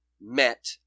met